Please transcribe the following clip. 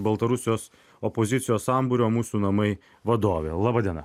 baltarusijos opozicijos sambūrio mūsų namai vadovė laba diena